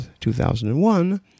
2001